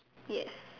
yes